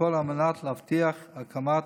הכול על מנת להבטיח הקמת